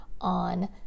on